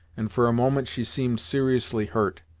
and for a moment she seemed seriously hurt.